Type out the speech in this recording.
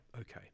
Okay